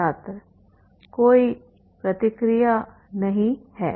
छात्र कोई प्रतिक्रिया नहीं है